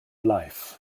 life